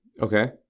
Okay